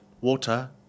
Water